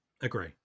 Agree